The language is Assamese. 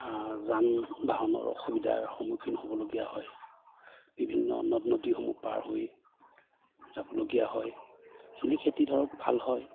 যান বাহনৰ অসুবিধাৰ সন্মুখীন হ'বলগীয়া হয় বিভিন্ন নদ নদীসমূহ পাৰ হৈ যাবলগীয়া হয় এনেই খেতি ধৰক ভাল হয়